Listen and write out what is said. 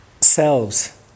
selves